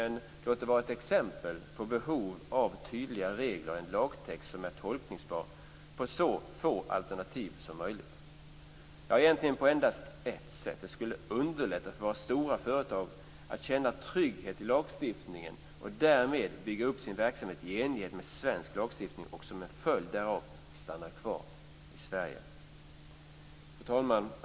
Men låt det vara ett exempel på behovet av tydliga spelregler och en lagtext som är tolkningsbar med så få alternativ som möjligt - ja, egentligen på endast ett sätt, nämligen att det skulle underlätta för våra stora företag att känna trygghet i lagstiftningen och därmed bygga upp sin verksamhet i enlighet med svensk lagstiftning och som en följd därav stanna kvar i Sverige. Fru talman!